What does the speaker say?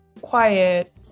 quiet